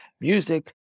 music